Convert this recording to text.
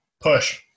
Push